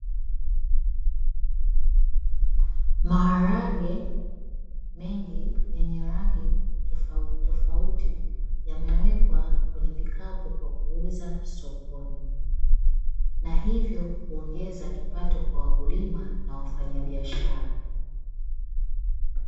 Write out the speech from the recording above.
Maharage mengi yenye rangi tofauti tofauti yamewekwa kwenye vikapu kwa kuuzwa sokoni, na hivyo kuongeza kipato kwa wakulima na wafanyabiashara.